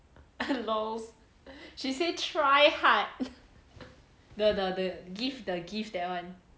LOL she say try hard the gift the gift that one